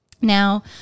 Now